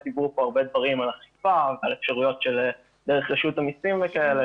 דיברו פה הרבה דברים על אכיפה ועל אפשרויות דרך רשות המסים וכאלה,